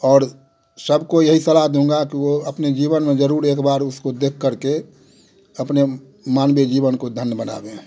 और सब को यही सलाह दूँगा कि वो अपने जीवन ज़रूर एक बार उसको देख कर के अपने मानवीय जीवन को धन्य बनावें